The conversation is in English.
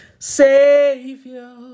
Savior